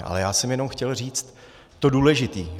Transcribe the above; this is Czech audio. Ale já jsem jenom chtěl říct to důležité.